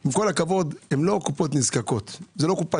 הן לא קופת צדקה, עם כל הכבוד.